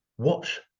watch